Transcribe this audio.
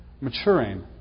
maturing